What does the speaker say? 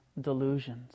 delusions